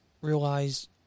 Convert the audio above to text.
Realize